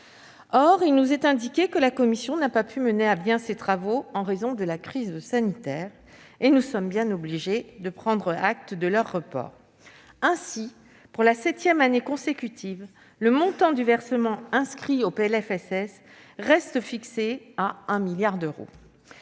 Or il nous est indiqué que la commission n'a pas pu mener à bien ses travaux en raison de la crise sanitaire. Nous sommes bien obligés de prendre acte de leur report. Ainsi, pour la septième année consécutive, le montant du versement inscrit au PLFSS reste fixé à 1 milliard d'euros,